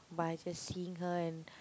by just seeing her and